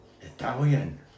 Italian